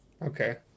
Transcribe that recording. Okay